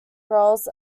roles